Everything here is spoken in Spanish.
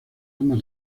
armas